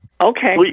Okay